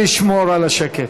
נא לשמור על השקט.